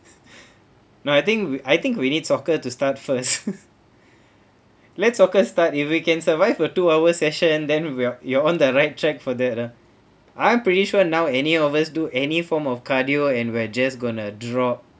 no I think we I think we need soccer to start first let's soccer start if we can survive a two hour session then we are you on the right track for that uh I'm pretty sure now any of us do any form of cardio and we are just gonna drop